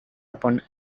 upon